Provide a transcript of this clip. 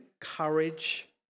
courage